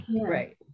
right